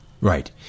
Right